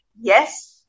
yes